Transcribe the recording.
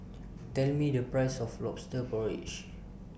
Tell Me The Price of Lobster Porridge